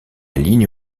ligne